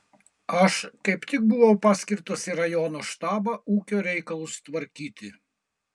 aš kaip tik buvau paskirtas į rajono štabą ūkio reikalus tvarkyti